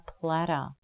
platter